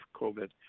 COVID